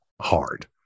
hard